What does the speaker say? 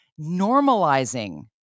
normalizing